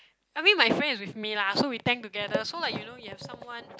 I mean my friend is with me lah so we thank together so like you know you have someone